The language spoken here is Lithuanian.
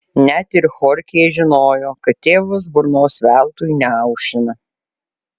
net ir chorchė žinojo kad tėvas burnos veltui neaušina